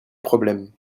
problème